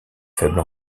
faible